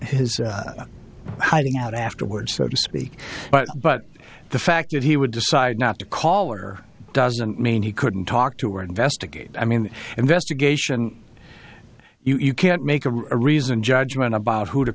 his hiding out afterwards so to speak but the fact that he would decide not to call or doesn't mean he couldn't talk to or investigate i mean investigation you can't make a reasoned judgment about who to